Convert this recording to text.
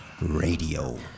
Radio